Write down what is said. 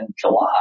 July